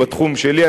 בתחום שלי,